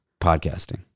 podcasting